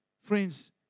friends